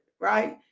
right